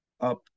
up